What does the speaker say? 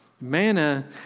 Manna